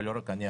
ולא רק אני,